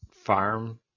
farm